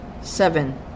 Seven